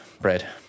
Bread